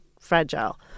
fragile